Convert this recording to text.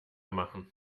machen